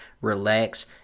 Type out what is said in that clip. relax